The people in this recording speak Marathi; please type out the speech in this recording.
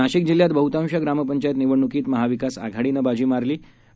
नाशिकजिल्ह्यातबहुतांशग्रामपंचायतनिवडणुकीतमहाविकासआघाडीनंबाजीमार लीआहे